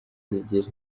zigira